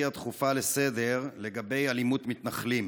הדחופה לסדר-היום לגבי אלימות מתנחלים.